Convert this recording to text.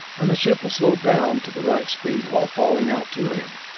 and the ship will slow down to the right speed while falling out to him.